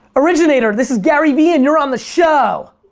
originator, this is garyvee and you're on the show.